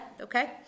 okay